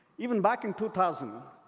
even back in two thousand,